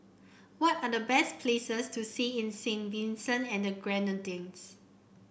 what are the best places to see in Saint Vincent and the Grenadines